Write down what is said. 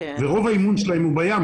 ורוב האימון שלהם הוא בים,